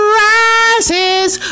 rises